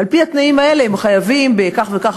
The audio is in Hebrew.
ועל-פי התנאים האלה הן חייבות בכך וכך